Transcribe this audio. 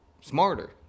smarter